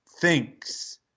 thinks –